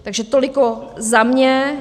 Takže toliko za mne.